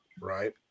right